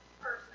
person